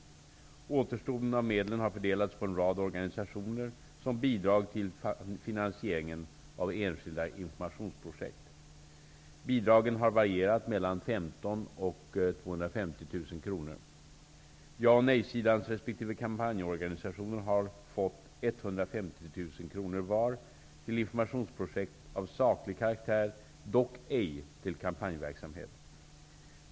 Återstoden av medlen har fördelats på en rad organisationer som bidrag till finansieringen av enskilda informationsprojekt. Bidragen har varierat mellan 15 000 och 250 000 kr. Ja och nej-sidans resp. kampanjorganisationer har fått 150 000 kr vardera till informationsprojekt av saklig karaktär, dock ej till kampanjverksamhet.